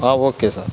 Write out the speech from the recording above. okay sir